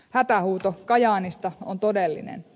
hätähuuto kajaanista on todellinen